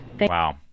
Wow